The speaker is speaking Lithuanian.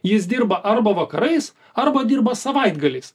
jis dirba arba vakarais arba dirba savaitgaliais